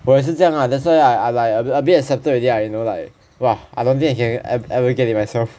我也是这 lah that's why I I like a bit accepted already lah like I know like I don't think I can ever get it myself